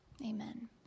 Amen